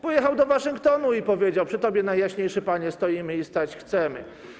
Pojechał do Waszyngtonu i powiedział: przy tobie, najjaśniejszy panie, stoimy i stać chcemy.